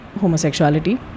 homosexuality